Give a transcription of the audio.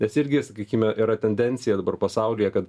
nes irgi sakykime yra tendencija dabar pasaulyje kad